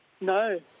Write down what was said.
No